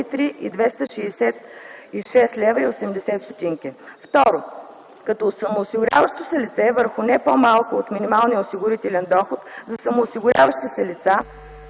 - 266,80 лв. - второ, като самоосигуряващо се лице – върху не по-малко от минималния осигурителен доход за самоосигуряващи се лица,